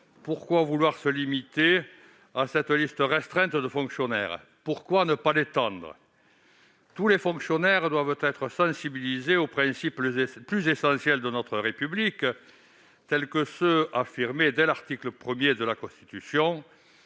pourquoi se limiter à cette liste restreinte de fonctionnaires ? Pourquoi ne pas étendre cette disposition ? Tous les fonctionnaires doivent être sensibilisés aux principes les plus essentiels de notre République, tels que ceux qui sont affirmés dès l'article 1 de la Constitution,